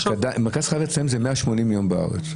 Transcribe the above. בארץ, מרכז חייו זה 180 ימים בשנה.